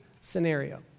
scenario